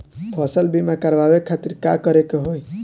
फसल बीमा करवाए खातिर का करे के होई?